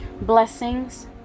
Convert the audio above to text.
blessings